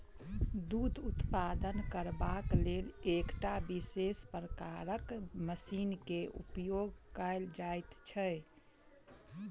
दूध उत्पादन करबाक लेल एकटा विशेष प्रकारक मशीन के उपयोग कयल जाइत छै